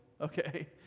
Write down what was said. Okay